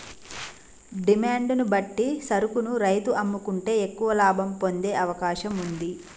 demand ను బట్టి సరుకును రైతు అమ్ముకుంటే ఎక్కువ లాభం పొందే అవకాశం వుంది